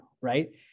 Right